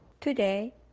Today